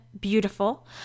beautiful